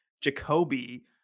jacoby